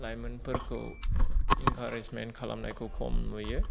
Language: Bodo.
लाइमोनफोरखौ इनकारेजमोन्ट खालामनायखौ खम नुयो